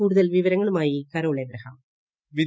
കൂടുതൽ വിവരങ്ങളുമായി കരോൾ എബ്രഹ്ഗാം